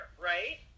right